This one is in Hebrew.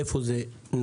איפה זה נפל,